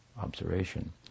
observation